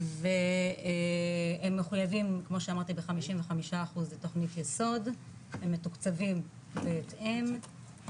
והם מחויבים כמו שאמרתי ב-55% תוכנית יסוד הם מתוקצבים בהתאם,